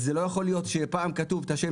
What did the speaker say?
אז זה לא יכול להיות שפעם כתוב את השם